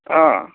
ఆ